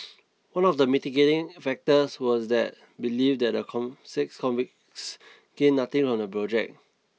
one of the mitigating factors was that belief that the six convicts gained nothing on the project